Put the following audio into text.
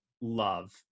love